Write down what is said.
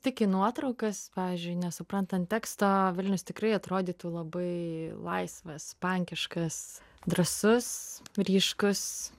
tik į nuotraukas pavyzdžiui nesuprantant teksto vilnius tikrai atrodytų labai laisvas pankiškas drąsus ryškus